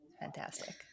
fantastic